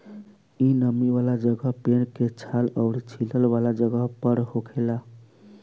इ नमी वाला जगह, पेड़ के छाल अउरी सीलन वाला जगह पर होखेला